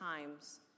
times